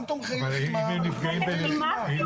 גם תומכי לחימה.